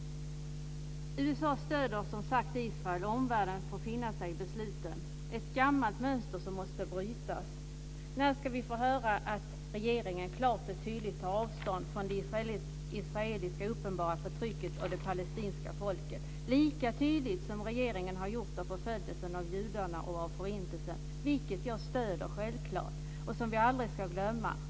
USA stöder som sagt Israel och omvärlden får finna sig i besluten. Det är ett gammalt mönster som måste brytas. När ska vi få höra att regeringen klart och tydligt tar avstånd från det uppenbara israeliska förtrycket av det palestinska folket lika tydligt som regeringen har gjort i fråga om förföljelsen av judar och Förintelsen? Detta stöder jag självklart. Det ska vi aldrig glömma.